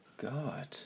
God